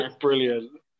Brilliant